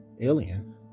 alien